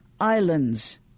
Islands